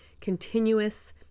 continuous